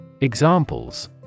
Examples